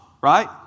right